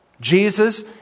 Jesus